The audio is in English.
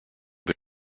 but